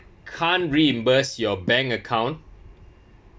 can't reimburse your bank account